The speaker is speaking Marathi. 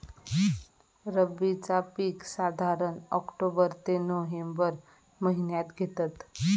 रब्बीचा पीक साधारण ऑक्टोबर ते नोव्हेंबर महिन्यात घेतत